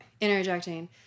Interjecting